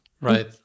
Right